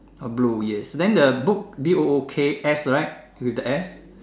uh blue yes then the book B O O K S right with the S